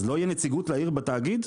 אז לא יהיה נציגות לעיר בתאגיד?